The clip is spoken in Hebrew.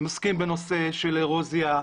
הם עוסקים בנושא של אירוזיה,